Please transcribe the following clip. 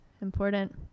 Important